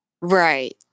Right